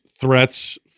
threats